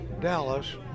Dallas